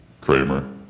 Kramer